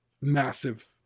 massive